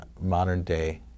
modern-day